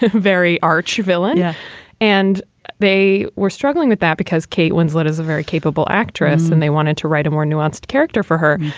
very arch villain. yeah and they were struggling with that because kate winslet is a very capable actress and they wanted to write a more nuanced character for her.